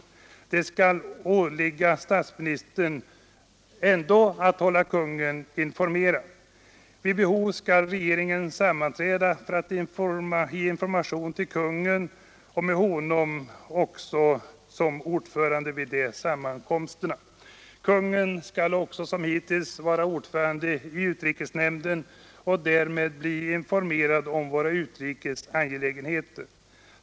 Men det skall ändå åligga statsministern att hålla konungen informerad. Vid behov skall regeringen sammanträda för information till konungen, med honom som ordförande. Konungen skall också som hittills vara ordförande i utrikesnämnden och därmed bli informerad om våra utrikes angelägenheter.